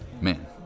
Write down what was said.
Man